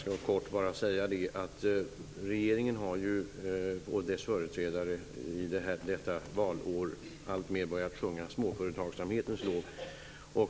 Herr talman! Regeringen och dess företrädare har under detta valår alltmer börjat sjunga småföretagsamhetens lov.